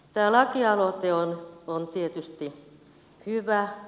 tämä lakialoite on tietysti hyvä